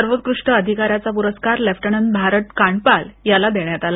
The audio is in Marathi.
सर्वोत्कृष्ट अधिकाऱ्याचा प्रस्कार लेफ्ट्नंट भारत कांडपाल यांना देण्यात आला